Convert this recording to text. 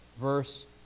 Verse